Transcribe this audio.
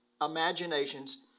imaginations